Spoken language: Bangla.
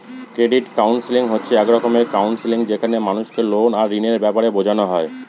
ক্রেডিট কাউন্সেলিং হচ্ছে এক রকমের কাউন্সেলিং যেখানে মানুষকে লোন আর ঋণের ব্যাপারে বোঝানো হয়